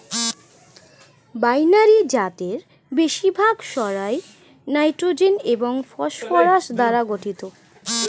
binary জাতের বেশিরভাগ সারই নাইট্রোজেন এবং ফসফরাস দ্বারা গঠিত